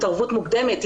התערבות מוקדמת,